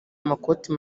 amakoti